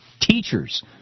teachers